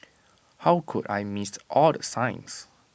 how could I missed all the signs